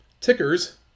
tickers